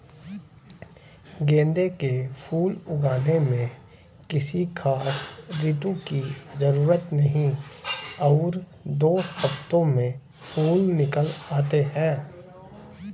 गेंदे के फूल उगाने में किसी खास ऋतू की जरूरत नहीं और दो हफ्तों में फूल निकल आते हैं